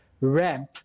ramp